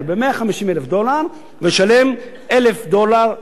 ב-150,000 דולר ולשלם 1,000 דולר לשנה.